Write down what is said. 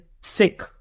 Sick